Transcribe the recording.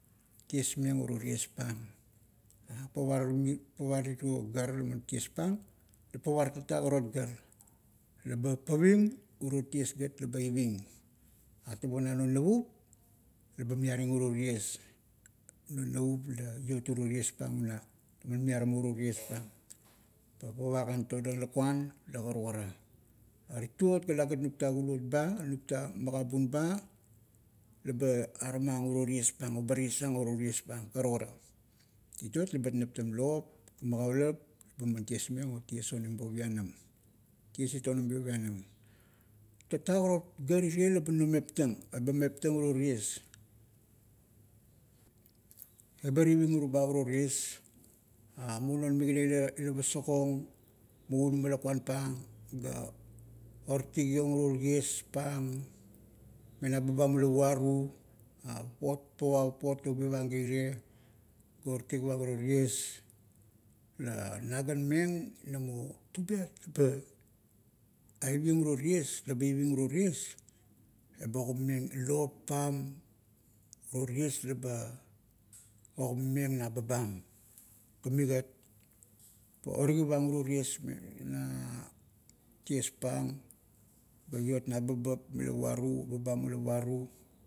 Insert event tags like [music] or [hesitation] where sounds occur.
Tiesmeng o uro tiespang. Pavar iro gar laman tiespang, pavar tatak arot gar. Leba paving, uro ties gat laba iving. Atabo na non navup, laba miaring uro ties non navup la iot uro tiespang una, man miaramo uro tiespang. Pa, pava kan todang lakuan la, karukara. A tituot, ga talagat nupta kulot ba nupta magabun ba, laba aramang uro tiespang o ba tiespang o uro tiespang, karukara. Tituot, labat naptam lop, magaulup ba man ties meng o ties onim bo pianam, ties it onim bo pianam. Tatak arot gar irie leba no meptang, eba mptang uro ties. Ebar iving uroba ties. Muo non migana ila pasakong, muo unama lakuan pang, ga oritigiong uro tiespang me- na babam ula puaru [hesitation] pava papot la ubivang ga irie, ga oritigivang uro ties, la naganmeng namo, tubiat ba aiveng uroties iving uro ties. Eba ogimameng lop pam, o ties laba ogima-meng na babam. Ga migat. Origivang uro ties mena tiespang ga iot na babap, mila uaru, babam ula uaru.